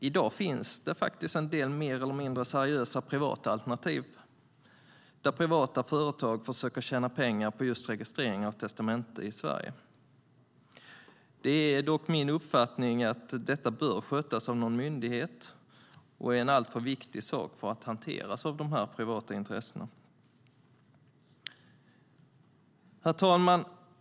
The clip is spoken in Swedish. I dag finns det faktiskt en del mer eller mindre seriösa privata alternativ, där privata företag försöker tjäna pengar på just registrering av testamente i Sverige. Det är dock min uppfattning att detta bör skötas av någon myndighet, eftersom det är en alltför viktig sak för att hanteras av dessa privata intressen. Herr talman!